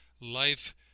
Life